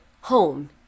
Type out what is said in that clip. home